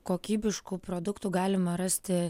kokybiškų produktų galima rasti